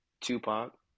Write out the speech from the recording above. Tupac